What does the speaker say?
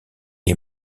est